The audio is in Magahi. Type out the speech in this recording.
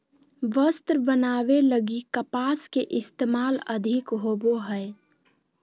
वस्त्र बनावे लगी कपास के इस्तेमाल अधिक होवो हय